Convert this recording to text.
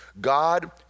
God